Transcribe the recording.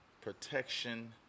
protection